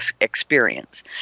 experience